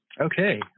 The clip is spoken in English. Okay